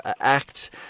act